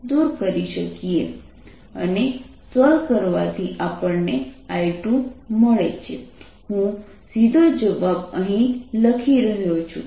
10×3I13RI20 3×10I13I220 V અને solve કરવાથી આપણને I2 મળે છે હું સીધો જવાબ અહીં લખી રહ્યો છું